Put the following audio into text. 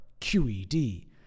QED